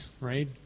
right